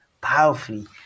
powerfully